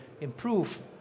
improve